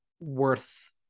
worth